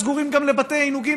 סגורים גם לבתי עינוגים,